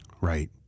Right